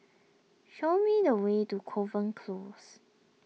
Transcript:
show me the way to Kovan Close